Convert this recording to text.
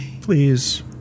please